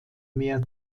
mehr